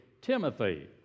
Timothy